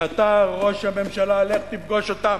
ואתה, ראש הממשלה, לך תפגוש אותם.